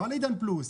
לא על עידן פלוס.